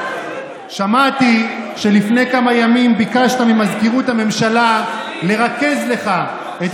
שמעתי שלפני כמה ימים ביקשת ממזכירות הממשלה לרכז לך את